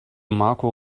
marco